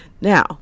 Now